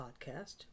podcast